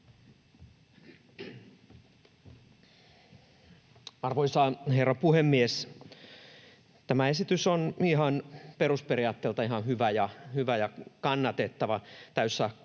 Arvoisa on herra puhemies! Tämä esitys on perusperiaatteiltaan ihan hyvä ja kannatettava. Täyssähköautojen